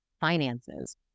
finances